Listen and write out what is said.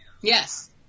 Yes